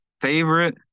favorite